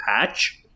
Patch